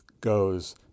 goes